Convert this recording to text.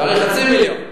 צריך חצי מיליון.